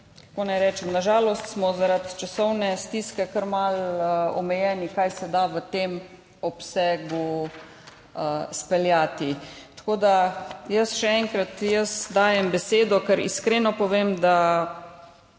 na žalost smo zaradi časovne stiske kar malo omejeni, kaj se da v tem obsegu izpeljati. Še enkrat, jaz dajem besedo, ker iskreno povem, da